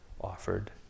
offered